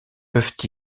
peuvent